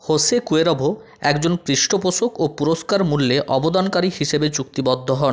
Jose Cuervo একজন পৃষ্ঠপোষক ও পুরস্কারমূল্যে অবদানকারী হিসাবে চুক্তিবদ্ধ হন